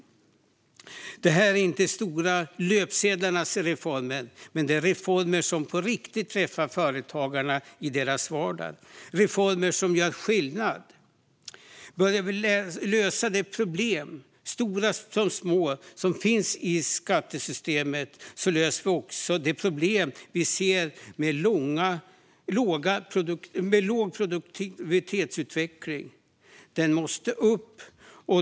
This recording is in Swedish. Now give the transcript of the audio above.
Detta är inte de stora löpsedlarnas reformer. Men det är reformer som på riktigt träffar företagarna i deras vardag. Det är reformer som gör skillnad. Börjar vi lösa de problem, stora som små, som finns i skattesystemet löser vi också de problem vi ser med den låga produktivitetsutvecklingen. Den måste upp.